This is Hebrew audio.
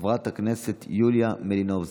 חברת הכנסת יוליה מלינובסקי,